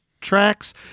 tracks